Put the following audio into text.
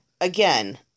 again